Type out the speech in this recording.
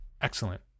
Excellent